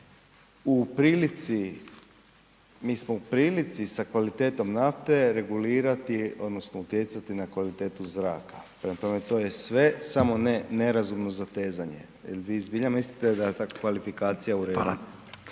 u prilici, mi smo u prilici sa kvalitetom nafte regulirati odnosno utjecati na kvalitetu zraka. Prema tome, to je sve samo ne nerazumno zatezanje jel vi zbilja mislite da je ta kvalifikacija u redu?